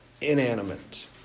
inanimate